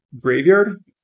graveyard